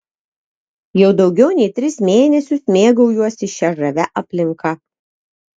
jau daugiau nei tris mėnesius mėgaujuosi šia žavia aplinka